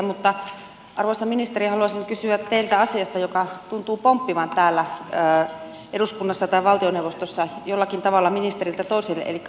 mutta arvoisa ministeri haluaisin kysyä teiltä asiasta joka tuntuu pomppivan täällä eduskunnassa tai valtioneuvostossa jollakin tavalla ministeriltä toiselle elikkä hankintalaista